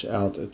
out